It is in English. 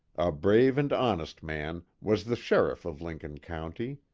brave and honest man, was the sheriff of lincoln county.